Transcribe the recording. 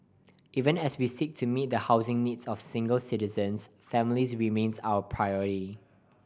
even as we seek to meet the housing needs of single citizens families remains our priority